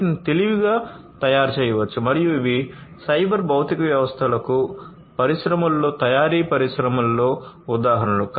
వీటిని తెలివిగా తయారు చేయవచ్చు మరియు ఇవి సైబర్ భౌతిక వ్యవస్థలకు పరిశ్రమలో తయారీ పరిశ్రమలో ఉదాహరణలు